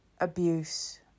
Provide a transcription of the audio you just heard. abuse